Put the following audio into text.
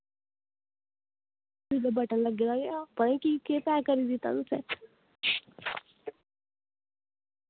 फ्ही उ'दा बटन लग्गे दा गै हा पता निं कि केह् पैक करी दित्ता तुसें